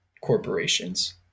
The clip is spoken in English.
corporations